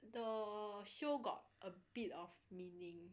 the show got a bit of meaning